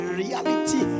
reality